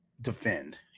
defend